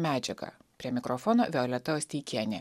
medžiagą prie mikrofono violeta osteikienė